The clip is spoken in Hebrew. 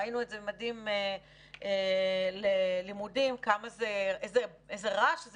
ראינו את זה בתוכנית "ממדים ללימודים" איזה רעש זה